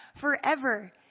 forever